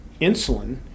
insulin